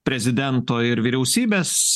prezidento ir vyriausybės